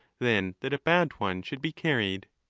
than that a bad one should be carried.